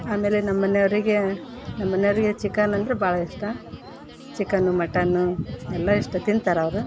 ಆಮೇಲೆ ನಮ್ಮ ಮನೆಯವ್ರಿಗೆ ನಮ್ಮ ಮನೆಯವ್ರಿಗೆ ಚಿಕನ್ ಅಂದರೆ ಭಾಳ ಇಷ್ಟ ಚಿಕನ್ನು ಮಟನ್ನು ಎಲ್ಲ ಇಷ್ಟ ತಿಂತಾರೆ ಅವರು